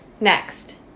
next